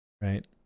right